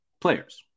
players